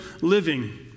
living